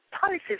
policies